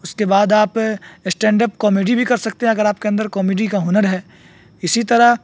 اس کے بعد آپ اسٹینڈ اپ کامیڈی بھی کر سکتے ہیں اگر آپ کے اندر کامیڈی کا ہنر ہے اسی طرح